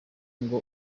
ngo